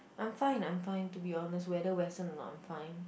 I'm fine I'm fine to be honest whether Western or not I'm fine